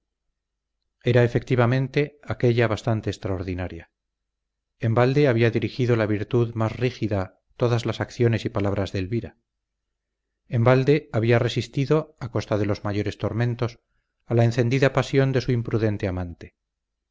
era efectivamente aquélla bastante extraordinaria en balde había dirigido la virtud más rígida todas las acciones y palabras de elvira en balde había resistido a costa de los mayores tormentos a la encendida pasión de su imprudente amante